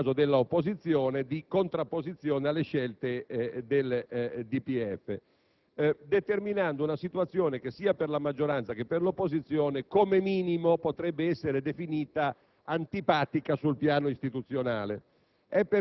nel caso dell'opposizione, di contrapposizione alle scelte del DPEF, determinando una situazione che sia per la maggioranza che per l'opposizione come minimo potrebbe essere definita antipatica sul piano istituzionale.